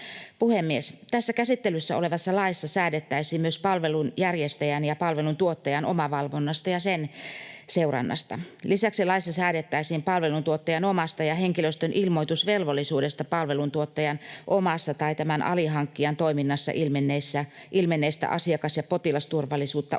Tässä käsittelyssä olevassa laissa säädettäisiin myös palvelunjärjestäjän ja palveluntuottajan omavalvonnasta ja sen seurannasta. Lisäksi laissa säädettäisiin palveluntuottajan omasta ja henkilöstön ilmoitusvelvollisuudesta palveluntuottajan omassa tai tämän alihankkijan toiminnassa ilmenneistä asiakas- ja potilasturvallisuutta